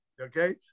Okay